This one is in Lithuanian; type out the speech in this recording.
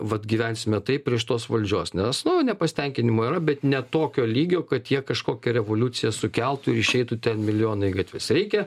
vat gyvensime taip prie šitos valdžios nes nepasitenkinimo yra bet ne tokio lygio kad jie kažkokią revoliuciją sukeltų ir išeitų ten milijonai į gatves reikia